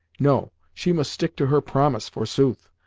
no she must stick to her promise, forsooth!